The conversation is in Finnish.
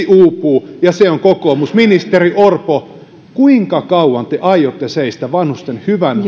uupuu ja se on kokoomus ministeri orpo kuinka kauan te aiotte seistä vanhusten hyvän